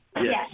yes